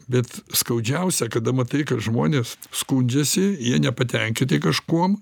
bet skaudžiausia kada matai kad žmonės skundžiasi jie nepatenkinti kažkuom